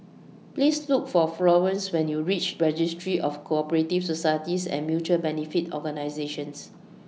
Please Look For Florance when YOU REACH Registry of Co Operative Societies and Mutual Benefit Organisations